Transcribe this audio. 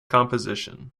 composition